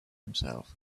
himself